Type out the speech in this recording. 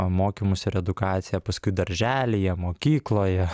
mokymus ir edukaciją paskui darželyje mokykloje